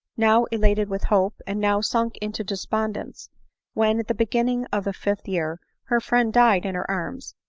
now elated with hope, and now sunk into despon dence when, at the beginning of the fifth year, her friend died in her arms,